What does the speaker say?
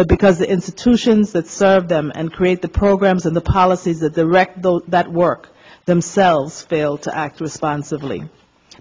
that because the institutions that serve them and create the programs and the policies that direct those that work themselves fail to act responsibly